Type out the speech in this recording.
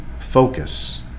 focus